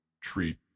treat